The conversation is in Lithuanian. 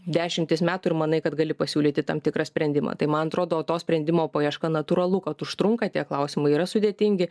dešimtis metų ir manai kad gali pasiūlyti tam tikrą sprendimą tai man atrodo to sprendimo paieška natūralu kad užtrunka tie klausimai yra sudėtingi